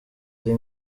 ari